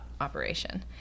operation